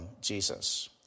Jesus